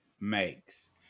makes